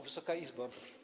Wysoka Izbo!